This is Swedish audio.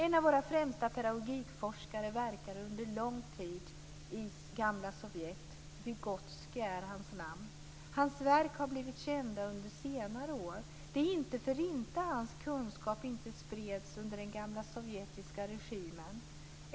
En av våra främsta pedagogikforskare verkade under lång tid i gamla Sovjet. Wygotsky är hans namn. Hans verk har blivit kända under senare år. Det är inte för inte som hans kunskap inte spreds under den gamla sovjetiska regimen.